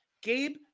Gabe